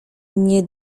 nie